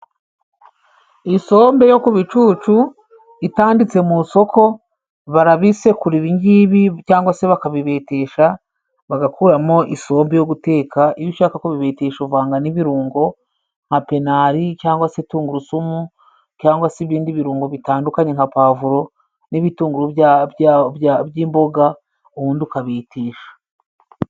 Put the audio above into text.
Isombe yo ku bicucu itanditse mu isoko, barabisekure ibi ngibi, cyangwa se bakabibetesha bagakuramo isombe yo guteka, iyo ushaka kubibetesha uvanga n'ibirungo, nka pinari cyangwa se tungurusumu, cyangwa se ibindi birungo bitandukanye, nka puwavuro n'ibitunguru by'imboga ubundi ukabetesha.